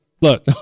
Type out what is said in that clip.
look